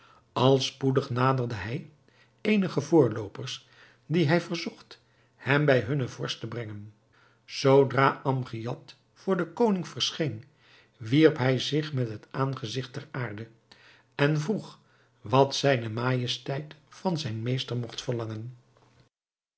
al spoedig naderde hij eenige voorloopers die hij verzocht hem bij hunnen vorst te brengen zoodra amgiad voor den koning verscheen wierp hij zich met het aangezigt ter aarde en vroeg wat zijne majesteit van zijn meester mogt verlangen